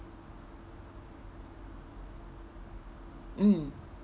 mm